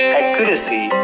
accuracy